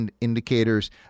indicators